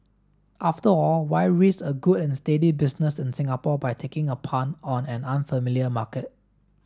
after all why risk a good and steady business in Singapore by taking a punt on an unfamiliar market